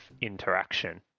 interaction